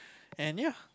and ya